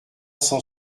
cent